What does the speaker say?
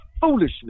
foolishness